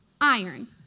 iron